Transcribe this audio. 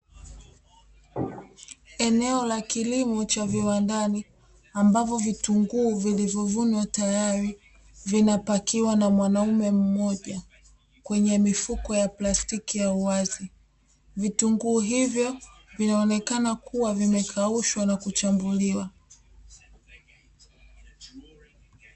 Eneo la kilimo cha viwandani ambapo vitunguu vilivyovunwa tayari, vinapakiwa na mwanaume mmoja kwenye mifuko ya plastiki ya uwazi. Vitunguu hivyo vinaonekana kuwa vimekaushwa na kuchambuliwa.